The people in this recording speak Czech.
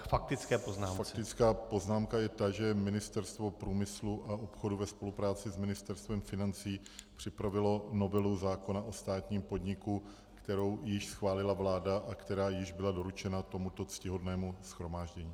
Faktická poznámka je ta, že Ministerstvo průmyslu a obchodu ve spolupráci s Ministerstvem financí připravilo novelu zákona o státním podniku, kterou již schválila vláda a která již byla doručena tomuto ctihodnému shromáždění.